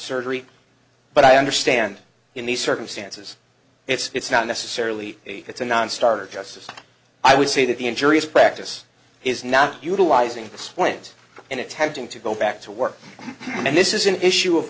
surgery but i understand in these circumstances it's not necessarily it's a nonstarter just as i would say that the injurious practice is not utilizing this point in attempting to go back to work and this is an issue of